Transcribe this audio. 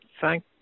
thank